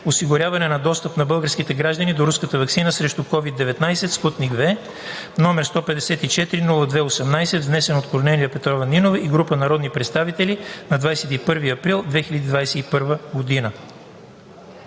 осигуряване на достъп на българските граждани до руската ваксина срещу COVID-19 „Спутник V“, № 154 02-18, внесен от Корнелия Петрова Нинова и група народни представители на 21 април 2021 г.“